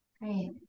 Great